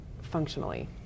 functionally